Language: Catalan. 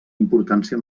importància